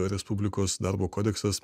respublikos darbo kodeksas